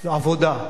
"עבודה".